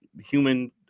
human